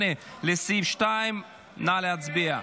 8, לסעיף 2. נא להצביע.